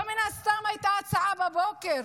לא סתם הייתה הצעה בבוקר